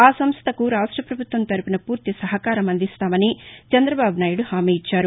ఆ సంస్టకు రాష్ట పభుత్వం తరపున పూర్తి సహకారం అందిస్తామని చందబాబు నాయుడు హామీ ఇచ్చారు